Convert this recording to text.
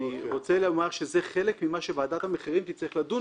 אני רוצה לומר שזה חלק ממה שוועדת המחירים תצטרך לדון